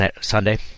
Sunday